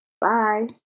bye